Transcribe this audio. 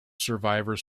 survivors